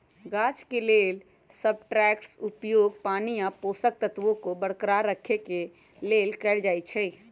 गाछ के लेल सबस्ट्रेट्सके उपयोग पानी आ पोषक तत्वोंके बरकरार रखेके लेल कएल जाइ छइ